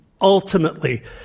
ultimately